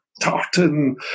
tartan